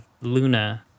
Luna